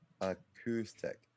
Acoustic